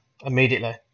immediately